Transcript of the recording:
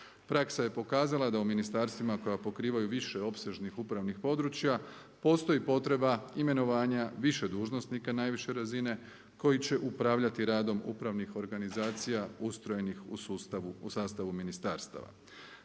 Praksa je pokazala da u ministarstvima koja pokrivaju više opsežnih upravnih područja postoji potreba imenovanja više dužnosnika najviše razine koji će upravljati radom upravnih organizacija ustrojenih u sastavu ministarstava.